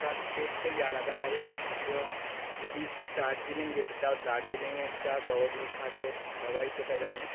তার টেস্টই আলাদা হবে এবং যদি দার্জিলিং যেতে চাও দার্জিলিংয়ের চা জগত বিখ্যাত সবাই সেটা জানে